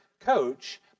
coach